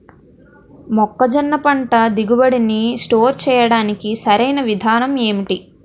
మొక్కజొన్న పంట దిగుబడి నీ స్టోర్ చేయడానికి సరియైన విధానం ఎంటి?